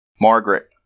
Margaret